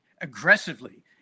aggressively